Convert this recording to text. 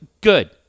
Good